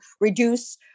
reduce